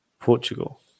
Portugal